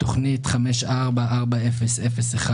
תוכנית 544001